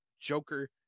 joker